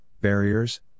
barriers